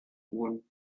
one